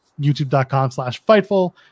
YouTube.com/slash/Fightful